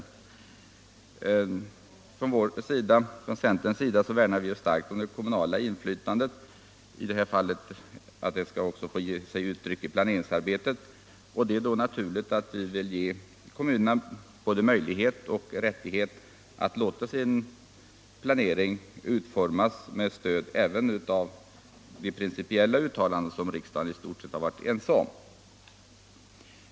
Från centerns sida värnar vi starkt om det kommunala inflytandet — i det här fallet att det skall få ta sig uttryck i planeringsarbetet. Det är då naturligt att vi vill ge kommunerna både möjlighet och rättighet att låta sin planering utformas med stöd även av de principiella uttalanden som riksdagen i stort sett varit enig om.